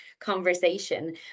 conversation